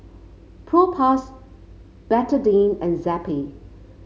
Propass Betadine and Zappy